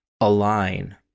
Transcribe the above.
align